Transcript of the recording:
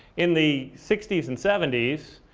in the sixty s and seventy s,